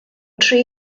tri